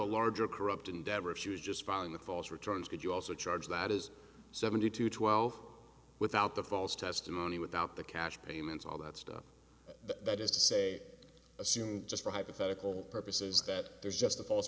a larger corrupt endeavor if you just found the false returns could you also charge that is seventy two twelve without the false testimony without the cash payments all that stuff that is to say assume just for hypothetical purposes that there's just a false